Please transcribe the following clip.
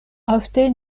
ofte